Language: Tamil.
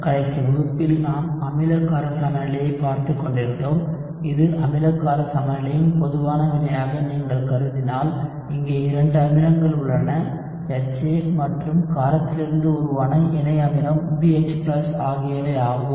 கடைசி வகுப்பில் நாம் அமில கார சமநிலையைப் பார்த்துக் கொண்டிருந்தோம் இது அமில கார சமநிலையின் பொதுவான வினையாக நீங்கள் கருதினால் இங்கே இரண்டு அமிலங்கள் உள்ளன HA மற்றும் காரத்திலிருந்து உருவான இணை அமிலம் BH ஆகியவை ஆகும்